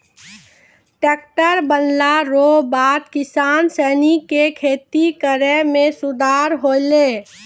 tractor बनला रो बाद किसान सनी के खेती करै मे सुधार होलै